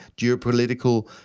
geopolitical